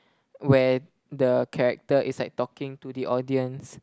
where the character is like talking to the audience